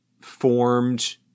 formed